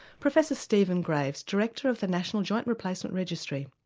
professor stephen graves, director of the national joint replacement registry.